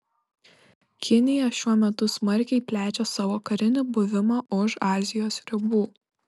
kinija šiuo metu smarkiai plečia savo karinį buvimą už azijos ribų